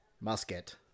musket